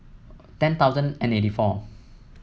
ten thousand and eighty four